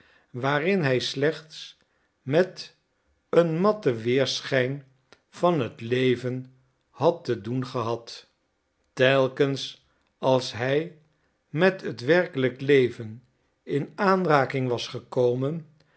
waarin hij slechts met een matten weerschijn van het leven had te doen gehad telkens als hij met het werkelijk leven in aanraking was gekomen